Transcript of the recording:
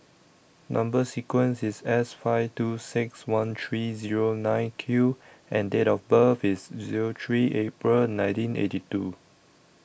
Number sequence IS S five two six one three Zero nine Q and Date of birth IS Zero three April nineteen eighty two